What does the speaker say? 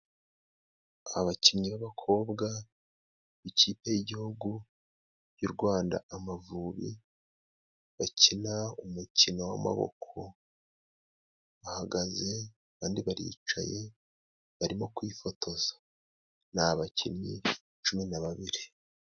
Abakinnyi b'abakobwa b'ikipe y'igihugu y'u Rwanda Amavubi bakina umukino w'amaboko, bahagaze abandi baricaye barimo kwifotoza, ni abakinnyi cumi na babiri.